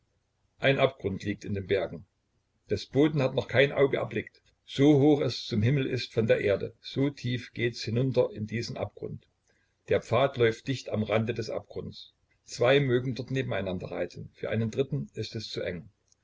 ein abgrund liegt in den bergen des boden hat noch kein auge erblickt so hoch es zum himmel ist von der erde so tief geht's hinunter in diesen abgrund der pfad läuft dicht am rande des abgrunds zwei mögen dort nebeneinander reiten für einen dritten ist es zu eng